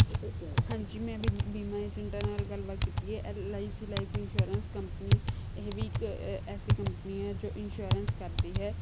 ਹਾਂਜੀ ਮੈਂ ਬੀਮਾ ਏਜੰਟਾਂ ਨਾਲ਼ ਗੱਲਬਾਤ ਕੀਤੀ ਹੈ L I C life insurance company ਇਹ ਵੀ ਇੱਕ ਐਸੀ ਕੰਪਨੀ ਹੈ ਜੋ ਇੰਸ਼ੋਰੈਂਸ ਕਰਦੀ ਹੈ